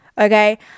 okay